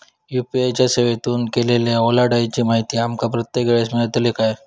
UPI च्या सेवेतून केलेल्या ओलांडाळीची माहिती माका प्रत्येक वेळेस मेलतळी काय?